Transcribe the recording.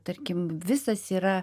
tarkim visas yra